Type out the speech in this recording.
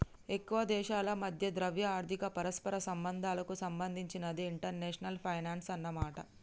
ఎక్కువ దేశాల మధ్య ద్రవ్య ఆర్థిక పరస్పర సంబంధాలకు సంబంధించినదే ఇంటర్నేషనల్ ఫైనాన్సు అన్నమాట